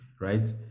right